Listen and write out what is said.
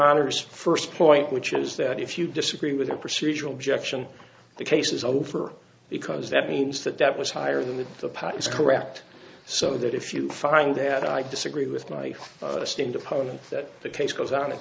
first point which is that if you disagree with the procedural objection the case is over because that means that that was higher than the patents correct so that if you find that i disagree with my esteemed opponent that the case goes on it